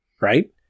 right